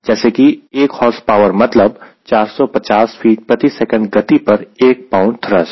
जैसे कि 1 horse power मतलब 450 फीट प्रति सेकंड गति पर एक पाउंड थ्रस्ट